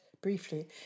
briefly